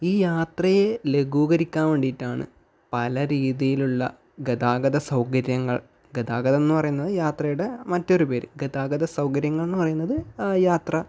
ഈ യാത്രയെ ലഘൂകരിക്കാൻ വേണ്ടിയിട്ടാണ് പല രീതിയിലുള്ള ഗതാഗത സൗകര്യങ്ങൾ ഗതാഗതമെന്ന് പറയുന്നത് യാത്രയുടെ മറ്റൊരു പേര് ഗതാഗത സൗകര്യങ്ങളെന്ന് പറയുന്നത് യാത്ര